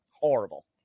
Horrible